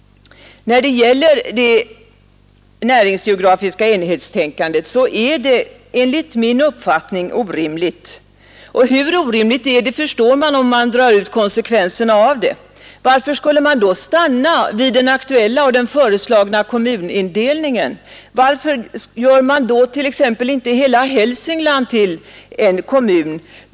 Det näringsgeografiska enhetstänkandet är enligt min uppfattning orimligt. Hur orimligt det är förstår man om man drar ut konsekvenserna av det. Varför skulle man i så fall stanna vid den aktuella och föreslagna kommunindelningen? Varför gör man t.ex. inte hela Hälsingland till en kommun?